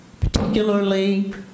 particularly